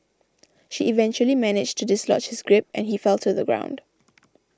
she eventually managed to dislodge his grip and he fell to the ground